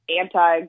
anti